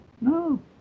no